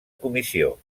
comissió